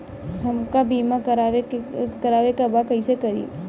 हमका बीमा करावे के बा कईसे करी?